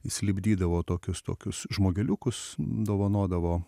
jis lipdydavo tokius tokius žmogeliukus dovanodavo